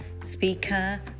speaker